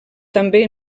també